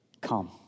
come